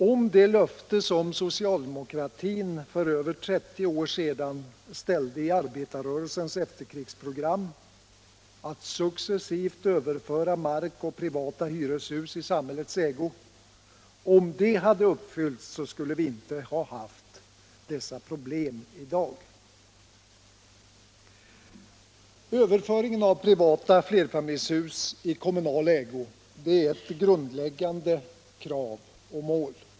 Om det löfte som socialdemokratin för över 30 år sedan ställde i arbetarrörelsens efterkrigsprogram — att successivt överföra mark och privata hyreshus i samhällets ägo — hade uppfyllts, skulle vi inte ha haft dessa problem i dag. Överföringen av privata flerfamiljshus i kommunal ägo är ett grundläggande krav och mål.